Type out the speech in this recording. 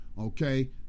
Okay